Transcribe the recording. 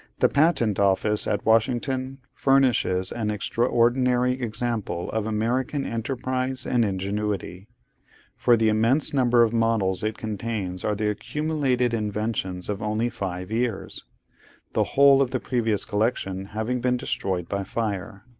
the patent office at washington, furnishes an extraordinary example of american enterprise and ingenuity for the immense number of models it contains are the accumulated inventions of only five years the whole of the previous collection having been destroyed by fire.